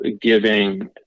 giving